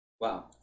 Wow